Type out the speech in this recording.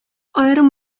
аерым